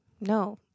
no